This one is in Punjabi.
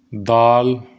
ਦਾਲ